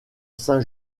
saint